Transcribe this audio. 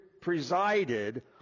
presided